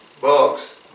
Bugs